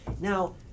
Now